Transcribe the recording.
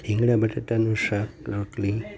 રીંગણા બટેટાનું શાક રોટલી